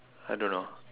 I don't know